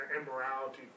immorality